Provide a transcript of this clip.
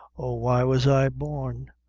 oh, why was i born!